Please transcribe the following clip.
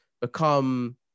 become